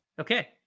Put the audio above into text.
Okay